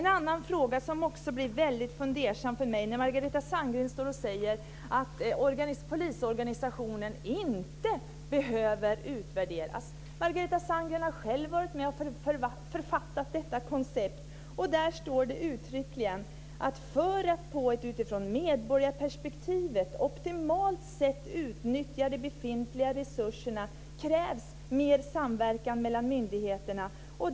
En annan sak som jag också blir väldigt fundersam över är att Margareta Sandgren säger att polisorganisationen inte behöver utvärderas. Margareta Sandgren har själv varit med och författat detta koncept. Där står det uttryckligen att för att på ett utifrån medborgarperspektivet optimalt sätt utnyttja de befintliga resurserna krävs mer samverkan mellan myndigheterna.